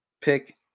Pick